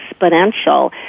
exponential